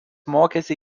mokėsi